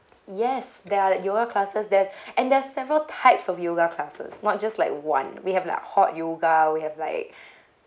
yes there are yoga classes there and there's several types of yoga classes not just like one we have like hot yoga we have like